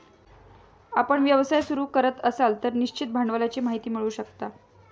आपण व्यवसाय सुरू करत असाल तर निश्चित भांडवलाची माहिती मिळवू शकता